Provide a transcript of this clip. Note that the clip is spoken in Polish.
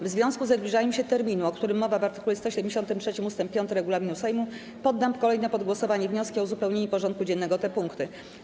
W związku ze zbliżaniem się terminu, o którym mowa w art. 173 ust. 5 regulaminu Sejmu, poddam kolejno pod głosowanie wnioski o uzupełnienie porządku dziennego o te punkty.